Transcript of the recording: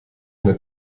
eine